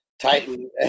Titan